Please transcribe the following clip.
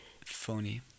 phony